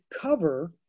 cover